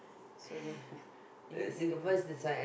so they ya